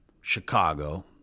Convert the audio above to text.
Chicago